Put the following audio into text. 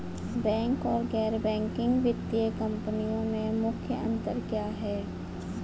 Bank तथा गैर banking वित्तीय कंपनियों में मुख्य अंतर क्या है?